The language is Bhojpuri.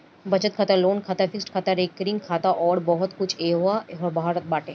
बचत खाता, लोन खाता, फिक्स्ड खाता, रेकरिंग खाता अउर बहुते कुछ एहवा रहत बाटे